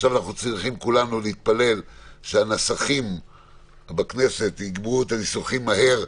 עכשיו אנחנו צריכים כולנו להתפלל שהנסחים בכנסת יגמרו את הניסוחים מהר.